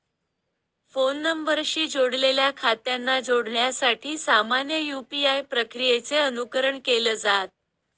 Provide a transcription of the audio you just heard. phone नंबरशी जोडलेल्या खात्यांना जोडण्यासाठी सामान्य यू.पी.आय प्रक्रियेचे अनुकरण केलं जात